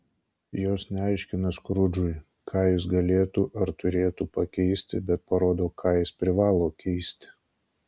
jos neaiškina skrudžui ką jis galėtų ar turėtų pakeisti bet parodo ką jis privalo keisti